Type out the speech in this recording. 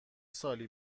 سالی